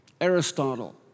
Aristotle